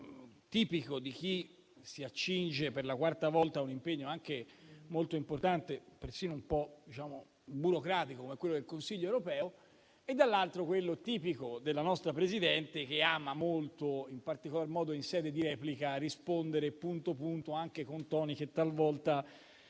tipico di chi si accinge per la quarta volta a un impegno anche molto importante, persino un po' burocratico, come quello del Consiglio europeo, e dall'altro c'è quello tipico della nostra Presidente, che ama molto, in particolar modo in sede di replica, rispondere punto per punto, anche con toni che talvolta